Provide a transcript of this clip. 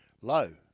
low